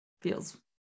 feels